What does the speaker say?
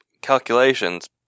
calculations